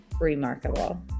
remarkable